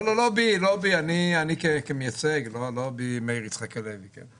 לא, לא בי, אני כמייצג, לא בי מאיר יצחק הלוי.